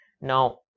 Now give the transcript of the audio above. now